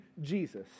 Jesus